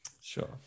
sure